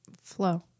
Flow